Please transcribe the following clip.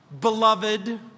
beloved